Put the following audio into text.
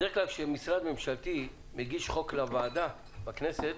בדרך כלל כשמשרד ממשלתי מגיש חוק לוועדה בכנסת,